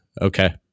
Okay